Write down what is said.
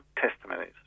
testimonies